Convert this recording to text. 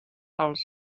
els